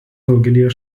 daugelyje